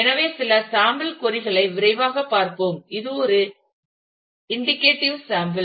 எனவே சில சாம்பிள் கொறி களை விரைவாகப் பார்ப்போம் இது ஒரு இன்டிகேடிவ் சாம்பிள்